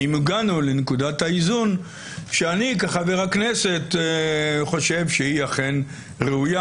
האם הגענו לנקודת האיזון שאני כחבר כנסת חושב שהיא אכן ראויה.